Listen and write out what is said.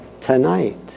tonight